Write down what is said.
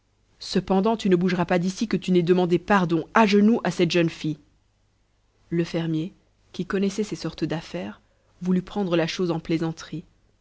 cependant tu ne bougeras pas d'ici que tu n'aies demandé pardon à genoux à cette jeune fille le fermier qui connaissait ces sortes d'affaires voulut prendre la chose en plaisanterie